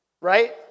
right